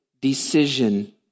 decision